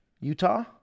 Utah